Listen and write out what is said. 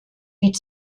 mit